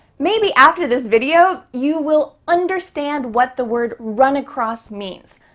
maybe after this video, you will understand what the word run across means,